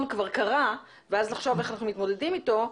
כבר קרה ואז לחשוב איך אנחנו מתמודדים איתו,